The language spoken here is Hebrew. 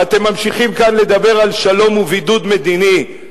ואתם ממשיכים כאן לדבר על שלום ובידוד מדיני.